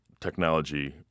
technology